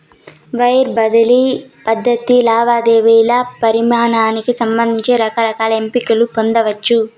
wire బదిలీ పద్ధతి లావాదేవీల పరిమానానికి సంబంధించి రకరకాల ఎంపికలు పొందచ్చు